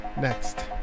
Next